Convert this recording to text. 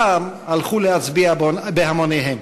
הפעם הלכו להצביע בהמוניהם.